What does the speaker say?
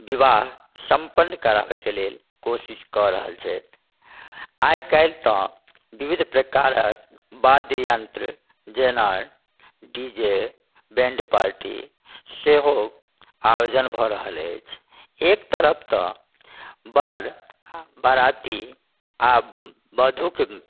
विवाह सम्पन्न करबाबैके लेल कोशिश कऽ रहल छथि आइकाल्हि तऽ विविध प्रकारके वाद्ययन्त्र जेना डी जे बैण्ड पार्टी सेहो आयोजन भऽ रहल अछि एक तरफ तऽ वर बाराती आओर वधुके